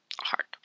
hard